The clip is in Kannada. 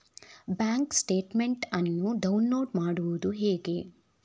ಬ್ಯಾಂಕ್ ಸ್ಟೇಟ್ಮೆಂಟ್ ಅನ್ನು ಡೌನ್ಲೋಡ್ ಮಾಡುವುದು ಹೇಗೆ?